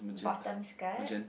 bottom skirt